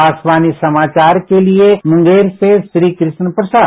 आकाशवाणी समाचार के लिए मुंगेर से श्रीकृष्ण प्रसाद